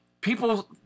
People